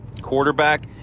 quarterback